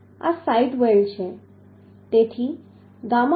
આ site weld છે તેથી ગામા mw 1